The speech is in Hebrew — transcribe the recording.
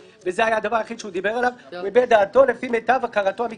זה מהמועד הזה ועד היום